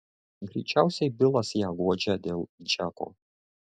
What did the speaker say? greičiausiai bilas ją guodžia dėl džeko